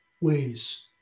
ways